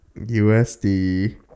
USD